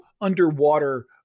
underwater